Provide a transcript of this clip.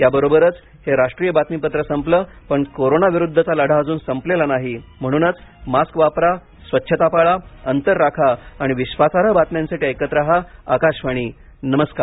याबरोबरच हे राष्ट्रीय बातमीपत्र संपल पण कोरोना विरुद्धचा लढा अजून संपलेला नाही म्हणूनच मास्क वापरा स्वच्छता पाळा अंतर राखा आणि विश्वासार्ह बातम्यांसाठी ऐकत रहा आकाशवाणी नमर्कार